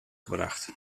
gebracht